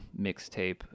mixtape